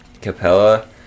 Capella